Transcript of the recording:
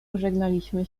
pożegnaliśmy